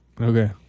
Okay